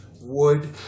wood